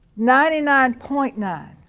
ninety nine point nine